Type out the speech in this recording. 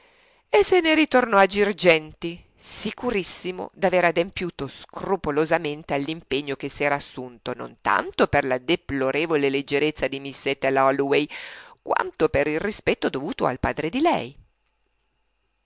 e se ne ritornò a girgenti sicurissimo d'aver adempiuto scrupolosamente all'impegno che s'era assunto non tanto per la deplorevole leggerezza di miss ethel holloway quanto per il rispetto dovuto al padre di lei